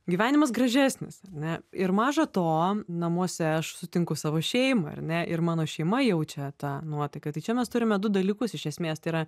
gyvenimas gražesnis ar ne ir maža to namuose aš sutinku savo šeimą ar ne ir mano šeima jaučia tą nuotaiką tai čia mes turime du dalykus iš esmės tai yra